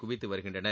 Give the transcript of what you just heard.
குவித்து வருகின்றனர்